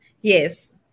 Yes